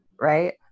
right